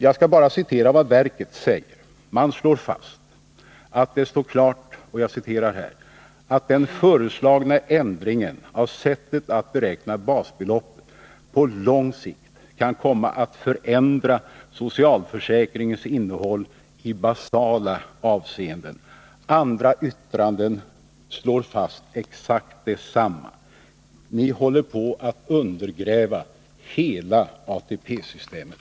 Jag skall citera vad verket säger. Man slår fast att det står klart ”att den föreslagna ändringen av sättet att beräkna basbeloppet på lång sikt kan komma att förändra socialförsäkringens innehåll i basala avseenden”. Andra yttranden slår fast exakt detsamma. Ni håller på att undergräva hela ATP-systemet.